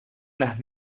unas